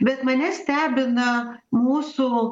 bet mane stebina mūsų